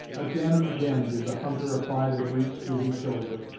again and again did the hunter apply the breech to his shoulder,